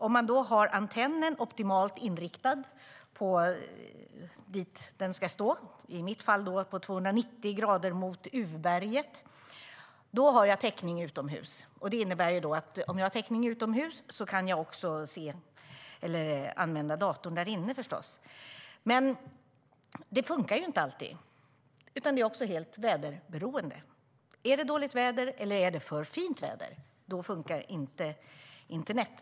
Om man har antennen optimalt inriktad, i mitt fall på 290 grader mot urberget, har jag täckning utomhus. Det innebär att jag också kan använda datorn inne. Men det funkar inte alltid, utan det är helt väderberoende. Om det är dåligt väder eller för fint väder funkar inte internet.